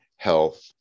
Health